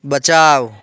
बचाउ